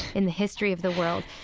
in the history of the world.